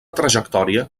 trajectòria